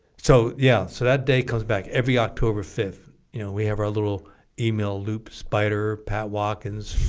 so yeah so that day comes back every october fifth you know we have our little email loop spider pat watkins